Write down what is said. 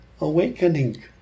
awakening